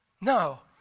No